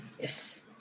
Yes